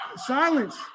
silence